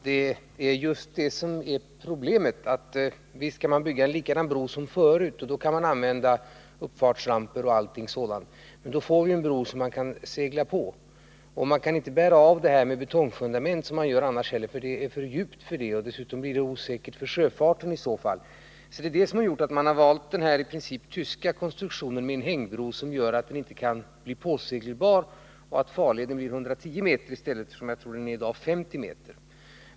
Herr talman! Visst kan vi bygga en likadan bro som förut och använda uppfartsramper och allt sådant, men då får vi en bro som man kan segla på. Det är för djupt för att man skall kunna bära av med betongfundament. Dessutom skulle det bli osäkert för sjöfarten. Det är det som har gjort att man har valt den i princip tyska konstruktionen med en hängbro som inte blir påsegelbar och som gör att farleden blir 110 mi stället för 50 m.